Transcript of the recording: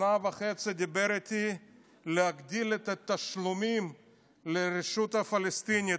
שנה וחצי דיבר איתי להגדיל את התשלומים לרשות הפלסטינית